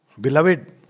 Beloved